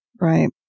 Right